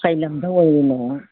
ꯀꯩ ꯂꯝꯗ ꯑꯣꯏꯔꯤꯅꯣ